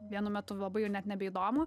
vienu metu vabai jau net nebeįdomu